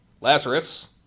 Lazarus